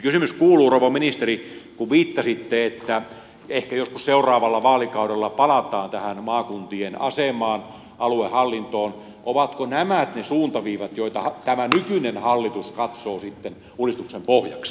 kysymys kuuluu rouva ministeri kun viittasitte että ehkä joskus seuraavalla vaalikaudella palataan tähän maakuntien asemaan aluehallintoon ovatko nämä ne suuntaviivat joita tämä nykyinen hallitus katsoo uudistuksen pohjaksi